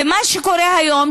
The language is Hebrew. ומה שקורה היום,